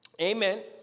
Amen